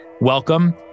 Welcome